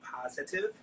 positive